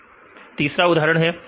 तैयार तीसरा उदाहरण है